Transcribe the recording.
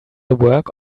work